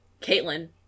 Caitlin